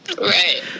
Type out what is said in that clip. right